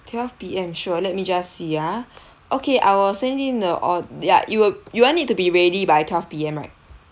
twelve P_M sure let me just see ah okay I will send in the ord~ ya it will you want it need to be ready by twelve P_M right